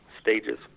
stages